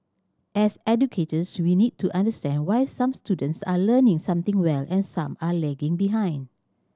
as educators we need to understand why some students are learning something well and some are lagging behind